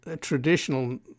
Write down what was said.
traditional